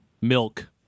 Milk